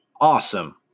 awesome